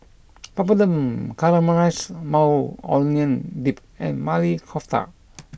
Papadum Caramelized Maui Onion Dip and Maili Kofta